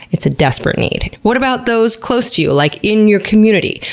it's a desperate need. what about those close to you, like in your community?